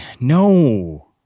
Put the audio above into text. no